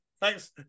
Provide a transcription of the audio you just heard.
Thanks